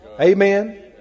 Amen